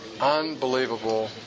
unbelievable